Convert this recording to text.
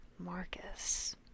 Marcus